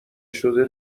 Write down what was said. شده